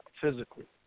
physically